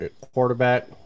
quarterback